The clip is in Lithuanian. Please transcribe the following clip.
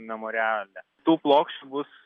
memoriale tų plokščių bus